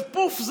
ופוף,